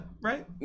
right